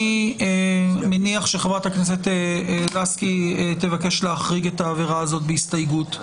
אני מניח שחברת הכנסת לסקי תבקש להחריג את העבירה הזאת בהסתייגות.